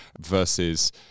Versus